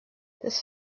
this